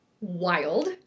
wild